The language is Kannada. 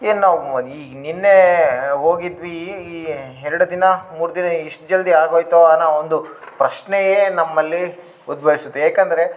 ಏನೋ ನಿನ್ನೇ ಹೋಗಿದ್ವೀ ಈ ಎರಡು ದಿನ ಮೂರುದಿನ ಇಷ್ಟು ಜಲ್ದಿ ಅಗೋಯ್ತ ಅನ್ನೋ ಒಂದು ಪ್ರಶ್ನೆಯೇ ನಮ್ಮಲ್ಲಿ ಉದ್ಭವ್ಸುತ್ತೆ ಏಕಂದರೆ